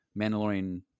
Mandalorian